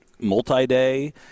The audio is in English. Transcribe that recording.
multi-day